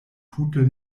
tute